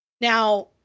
now